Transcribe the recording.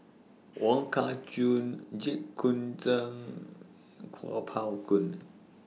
Wong Kah Chun Jit Koon Ch'ng Kuo Pao Kun